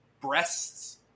breasts